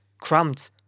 cramped